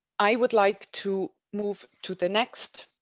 i would like to move to the next.